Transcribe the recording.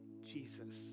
Jesus